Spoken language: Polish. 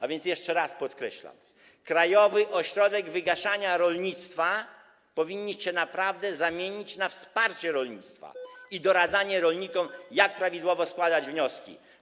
A więc jeszcze raz podkreślam: krajowy ośrodek wygaszania rolnictwa powinniście naprawdę zamienić na wsparcie rolnictwa i doradzanie rolnikom, jak prawidłowo składać wnioski.